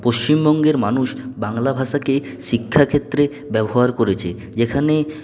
পশ্চিমবঙ্গের মানুষ বাংলা ভাষাকে শিক্ষাক্ষেত্রে ব্যবহার করেছে যেখানে